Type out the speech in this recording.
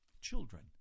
children